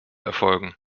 erfolgen